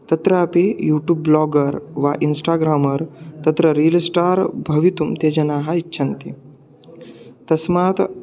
तत्रापि YouTube blogger वा Instagrammer तत्र रील्स्टार् भवितुं ते जनाः इच्छन्ति तस्मात्